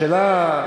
השאלה,